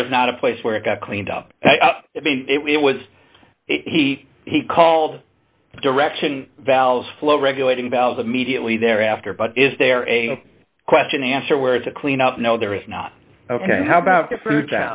there is not a place where it got cleaned up i mean it was he he called direction valves flow regulating valves immediately thereafter but is there a question answer where is the clean up no there is not ok how about the